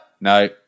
No